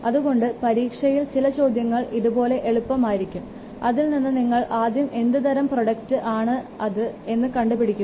അതു കൊണ്ട് പരീക്ഷയിൽ ചില ചോദ്യങ്ങൾ ഇതു പോലെ എളുപ്പമായിരിക്കും അതിൽ നിന്ന് നിങ്ങൾ ആദ്യം എന്തു തരം പ്രോഡക്റ്റ് ആണ് അത് എന്ന് കണ്ടു് പിടിക്കുക